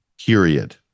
period